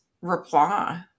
reply